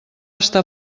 està